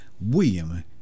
William